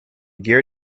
gear